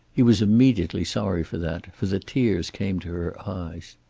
he was immediately sorry for that, for the tears came to her eyes.